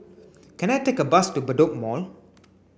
can I take a bus to Bedok Mall